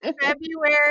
February